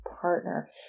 partner